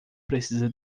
precisa